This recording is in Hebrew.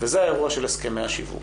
וזה האירוע של הסכמי השיווק.